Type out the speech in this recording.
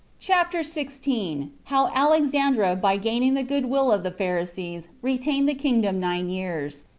chapter sixteen. how alexandra by gaining the good-will of the pharisees, retained the kingdom nine years,